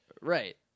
Right